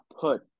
put